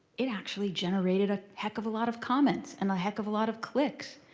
it actually generated a heck of a lot of comments and a heck of a lot of clicks.